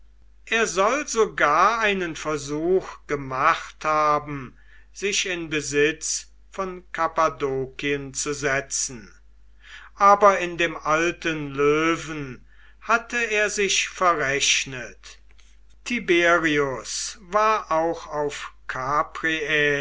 er soll sogar einen versuch gemacht haben sich in besitz von kappadokien zu setzen aber indem alten löwen hatte er sich verrechnet tiberius war auch auf capreae